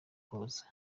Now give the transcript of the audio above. koza